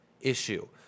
issue